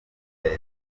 leta